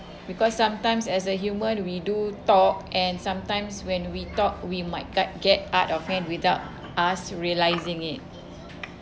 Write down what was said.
because sometimes as a human we do talk and sometimes when we talk we might ge~ get out of hand without us realising it